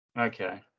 Okay